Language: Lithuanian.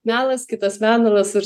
melas kitas menuras ir